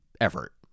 effort